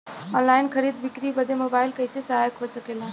Online खरीद बिक्री बदे मोबाइल कइसे सहायक हो सकेला?